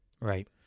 Right